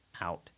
out